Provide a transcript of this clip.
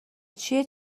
چیه